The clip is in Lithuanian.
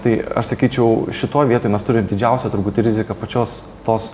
tai aš sakyčiau šitoj vietoj mes turim didžiausią turbūt riziką pačios tos